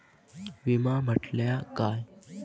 विमा म्हटल्या काय?